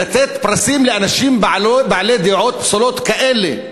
לתת פרסים לאנשים בעלי דעות פסולות כאלה.